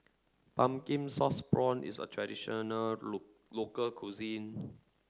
Pumpkin Sauce Prawns is a traditional local cuisine